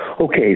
okay